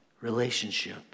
relationship